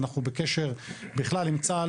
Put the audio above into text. אנחנו בקשר בכלל עם צה"ל.